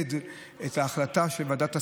לחדד את ההחלטה של ועדת השרים,